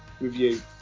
review